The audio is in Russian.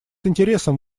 интересом